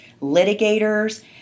litigators